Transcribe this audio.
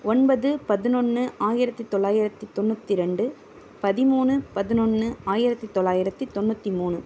ஒன்பது பதினொன்று ஆயிரத்து தொள்ளாயிரத்து தொண்ணூற்றி ரெண்டு பதிமூணு பதினொன்று ஆயிரத்து தொள்ளாயிரத்து தொண்ணூற்றி மூணு